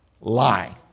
lie